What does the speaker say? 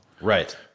right